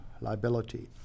liability